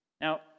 Now